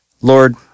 Lord